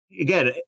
Again